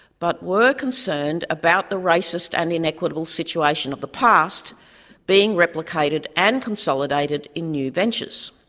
but were concerned about the racist and inequitable situation of the past being replicated and consolidated in new ventures.